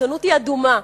העיתונות היא אדומה,